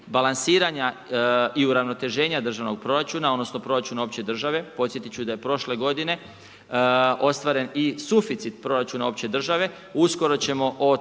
balansiranja i uravnoteženja državnog proračuna odnosno proračuna opće države. Podsjetit ću da je prošle godine ostvaren i suficit opće države, uskoro ćemo o tome